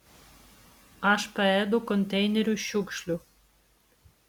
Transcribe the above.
aš paėdu konteinerių šiukšlių